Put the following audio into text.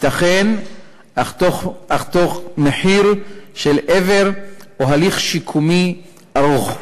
ייתכן אף במחיר של איבר או הליך שיקומי ארוך,